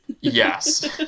Yes